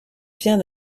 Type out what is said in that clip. vient